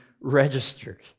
registered